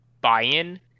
buy-in